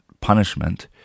punishment